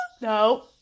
No